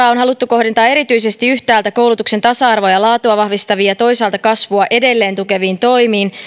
kohdentaa erityisesti yhtäältä koulutuksen tasa arvoa ja laatua vahvistaviin ja toisaalta kasvua edelleen tukeviin toimiin